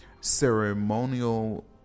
ceremonial